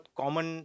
common